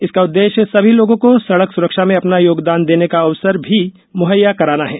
इसका उद्देश्य सभी लोगों को सड़क सुरक्षा में अपना योगदान देने का अवसर भी मुहैया कराना है